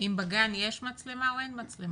אם בגן יש מצלמה או אין מצלמה.